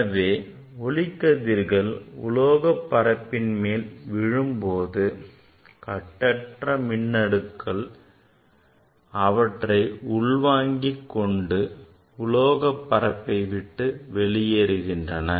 எனவே ஒளிக்கதிர்கள் உலோகப் பரப்பின் மேல் விழும்போது கட்டற்ற மின்னணுக்கள் அவற்றை உள்வாங்கிக்கொண்டு உலோகப் பரப்பைவிட்டு வெளியேறுகின்றன